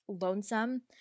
lonesome